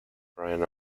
brian